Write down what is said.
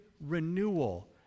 renewal